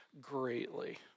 greatly